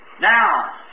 Now